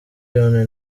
john